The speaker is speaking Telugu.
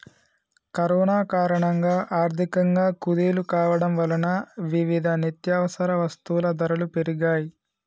కరోనా కారణంగా ఆర్థికంగా కుదేలు కావడం వలన వివిధ నిత్యవసర వస్తువుల ధరలు పెరిగాయ్